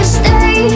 stay